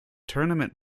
tournament